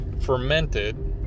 fermented